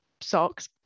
socks